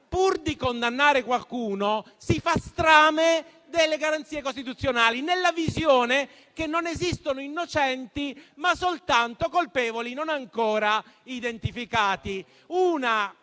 pur di condannare qualcuno, si fa strame delle garanzie costituzionali, nella visione secondo cui esistono non innocenti, ma soltanto colpevoli non ancora identificati;